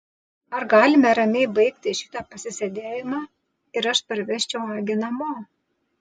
ar galime ramiai baigti šitą pasisėdėjimą ir aš parvežčiau agę namo